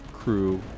crew